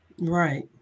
right